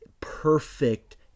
perfect